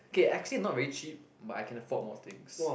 K actually not very cheap but I can afford more things